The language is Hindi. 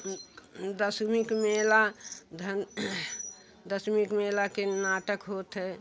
दशमी के मेला धन दशमी के मेला के नाटक होता है